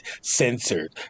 censored